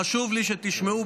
חשוב לי שתשמעו,